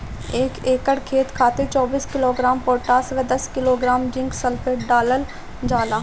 एक एकड़ खेत खातिर चौबीस किलोग्राम पोटाश व दस किलोग्राम जिंक सल्फेट डालल जाला?